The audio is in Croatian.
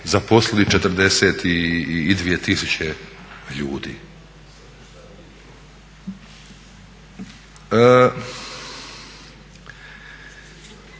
zaposlili 42 tisuće ljudi.